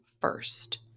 first